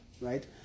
right